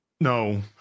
no